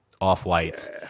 off-whites